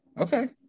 Okay